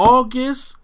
August